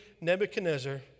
Nebuchadnezzar